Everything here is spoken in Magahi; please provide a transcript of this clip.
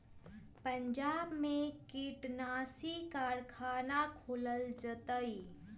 पंजाब में कीटनाशी कारखाना खोलल जतई